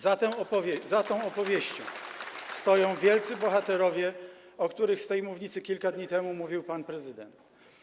Za tą opowieścią stoją wielcy bohaterowie, o których z tej mównicy kilka dni temu mówił pan prezydent.